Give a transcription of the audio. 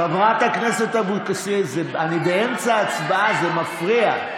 חברת הכנסת אבקסיס, אני באמצע הצבעה, זה מפריע.